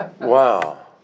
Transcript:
Wow